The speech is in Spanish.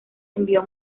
envió